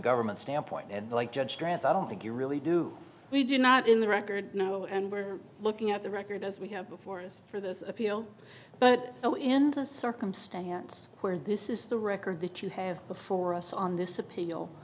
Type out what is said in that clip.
government standpoint and like judge grants i don't think you really do we do not in the record no and we're looking at the record as we have before us for this appeal but so in the circumstance where this is the record that you have before us on this appeal